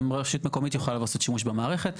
גם רשות מקומית יכולה לעשות שימוש במערכת.